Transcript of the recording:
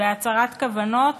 בהצהרת כוונות,